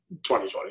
2020